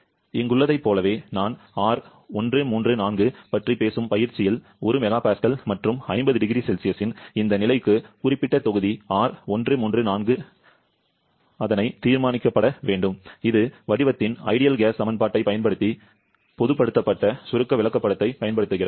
இங்குள்ளதைப் போலவே நான் R134a பற்றிப் பேசும் பயிற்சியில் 1 MPa மற்றும் 50 0C இன் இந்த நிலைக்கு குறிப்பிட்ட தொகுதி R134a தீர்மானிக்கப்பட வேண்டும் இது வடிவத்தின் சிறந்த வாயு சமன்பாட்டைப் பயன்படுத்தி பொதுப்படுத்தப்பட்ட சுருக்க விளக்கப்படத்தைப் பயன்படுத்துகிறது